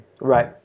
Right